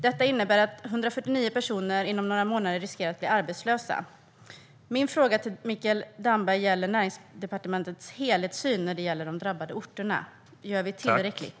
Detta innebär att 149 personer riskerar att bli arbetslösa inom några månader. Min fråga till Mikael Damberg gäller Näringsdepartementets helhetssyn på de drabbade orterna. Gör ni tillräckligt?